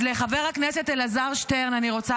אז לחבר הכנסת אלעזר שטרן אני רוצה